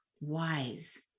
wise